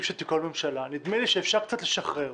שתיכון ממשלה נדמה לי שאפשר קצת לשחרר,